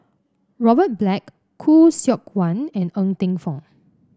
Robert Black Khoo Seok Wan and Ng Teng Fong